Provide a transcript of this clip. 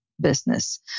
business